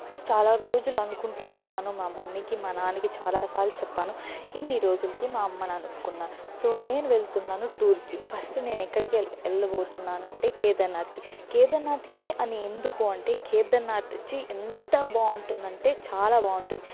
చాలా రోజులు అనుకుంటూ ఉన్నాను మా మమ్మీ కి మా నాన్నకి చాలా సార్లు చెప్పాను ఇన్ని రోజులకి మా అమ్మ నాన్న ఒప్పుకున్నారు సో నేను వెళ్తున్నాను టూర్ కి ఫస్ట్ నేను ఎక్కడికి వెళ్ళ వెళ్ళబోతున్నానంటే కేదర్నాథ్కి కేదర్నాథ్కే అని ఎందుకు అంటే కేదర్నాథ్ వచ్చి ఎంత బాగుంటుందంటే చాలా బాగుంటుంది